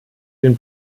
den